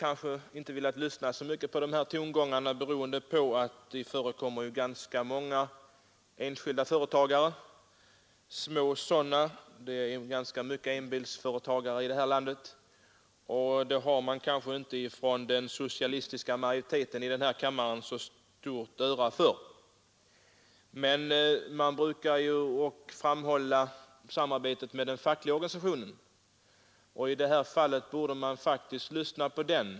Man har inte velat lyssna så mycket på dessa tongångar, beroende på att det här rör sig om många små enskilda företagare — det finns många enbilsföretagare här i landet — och den socialistiska majoriteten här i riksdagen lånar inte gärna sitt öra åt dem. Man brukar emellertid framhålla samarbetet med den fackliga organisationen, och i detta fall borde man faktiskt lyssna på den.